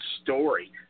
story